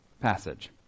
passage